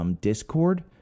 Discord